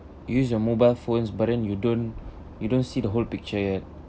use your mobile phones but then you don't you don't see the whole picture yet